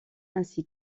ainsi